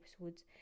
episodes